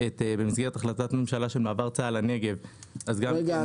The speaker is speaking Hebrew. במסגרת החלטת הממשלה של מעבר צה"ל לנגב הייתה לנו עכשיו --- רגע,